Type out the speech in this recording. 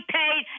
paid